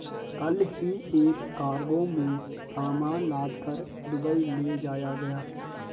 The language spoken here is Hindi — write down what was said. कल ही एक कार्गो में सामान लादकर दुबई ले जाया गया